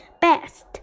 best